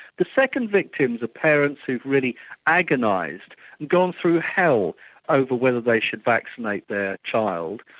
the second victims are parents who really agonised and gone through hell over whether they should vaccinate their child.